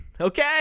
Okay